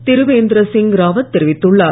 திருவேந்திரசிங் ராவத் தெரிவித்துள்ளார்